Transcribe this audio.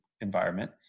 environment